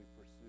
pursue